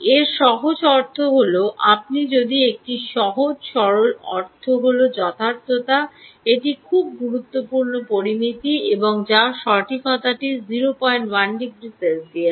এর সহজ অর্থ হল আপনি যদি এটির সহজ সরল অর্থ হল যথার্থতা একটি খুব গুরুত্বপূর্ণ পরামিতি এবং যা সঠিকতাটি 01 ডিগ্রি সেলসিয়াস